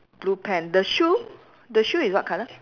blue pant the shoe the shoe is what colour